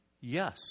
Yes